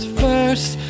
first